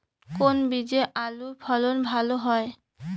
কোন বীজে আলুর ফলন ভালো হয়?